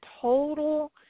total